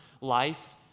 life